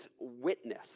witness